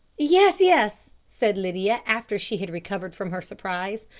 yes, yes, said lydia, after she had recovered from her surprise.